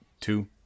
two